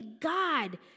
God